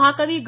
महाकवी ग